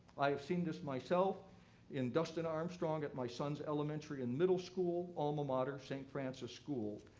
i've seen this myself in dustin armstrong at my son's elementary and middle school alma mater, st. francis school,